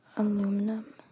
Aluminum